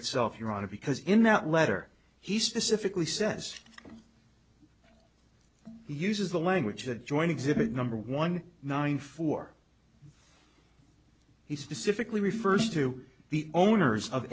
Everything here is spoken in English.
itself your honor because in that letter he specifically says he uses the language that join exhibit number one nine four he specifically refers to the owners of